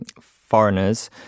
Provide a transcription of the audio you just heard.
foreigners